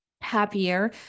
happier